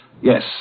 yes